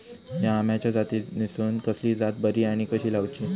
हया आम्याच्या जातीनिसून कसली जात बरी आनी कशी लाऊची?